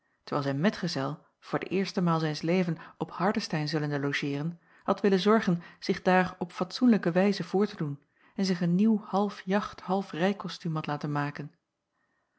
terwijl zijn metgezel voor de eerste maal zijns levens op hardestein zullende logeeren had willen zorgen zich daar op fatsoenlijke wijze voor te doen en zich een nieuw half jacht half rijkostuum had laten maken